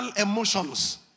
emotions